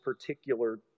particular